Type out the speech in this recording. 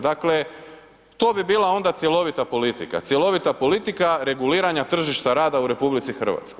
Dakle, to bi bila onda cjelovita politika, cjelovita politika reguliranja tržišta rada u RH.